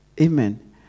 amen